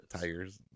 Tigers